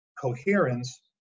coherence